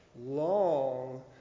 long